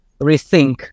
rethink